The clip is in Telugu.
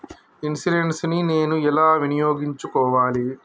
ఇన్సూరెన్సు ని నేను ఎలా వినియోగించుకోవాలి?